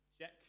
check